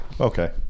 Okay